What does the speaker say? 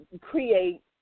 create